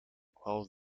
while